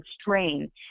strain